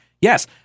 Yes